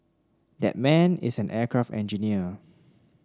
that man is an aircraft engineer